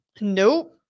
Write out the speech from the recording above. Nope